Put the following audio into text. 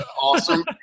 awesome